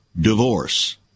divorce